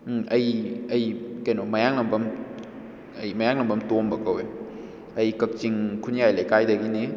ꯑꯩ ꯑꯩ ꯀꯩꯅꯣ ꯃꯌꯥꯡꯂꯥꯝꯕꯝ ꯑꯩ ꯃꯌꯥꯡꯂꯥꯝꯕꯝ ꯇꯣꯝꯕ ꯀꯧꯋꯦ ꯑꯩ ꯀꯛꯆꯤꯡ ꯈꯨꯟꯌꯥꯏ ꯂꯩꯀꯥꯏꯗꯒꯤꯅꯦ